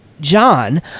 John